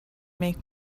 make